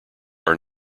are